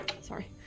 sorry